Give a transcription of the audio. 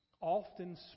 often